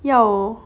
要